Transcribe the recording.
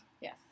Yes